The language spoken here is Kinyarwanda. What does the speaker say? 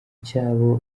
cyabo